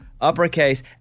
uppercase